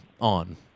on